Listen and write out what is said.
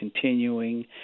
continuing